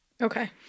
Okay